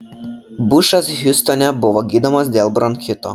bušas hiūstone buvo gydomas dėl bronchito